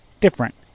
different